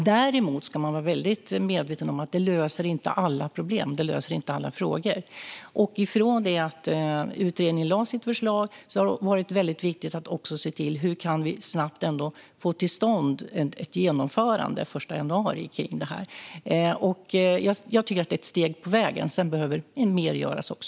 Däremot ska man vara medveten om att det inte löser alla problem. Sedan utredningen lade fram sitt förslag har det varit väldigt viktigt att snabbt, den 1 januari, få till stånd ett genomförande. Jag tycker att detta är ett steg på vägen. Sedan behöver mer göras.